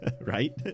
right